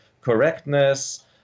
correctness